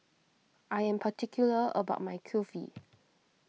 I am particular about my Kulfi